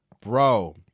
Bro